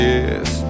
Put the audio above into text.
Yes